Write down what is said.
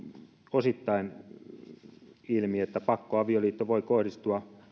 osittain ilmi että pakkoavioliitto voi kohdistua